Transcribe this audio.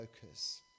focus